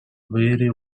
avere